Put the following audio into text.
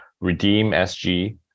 redeem.sg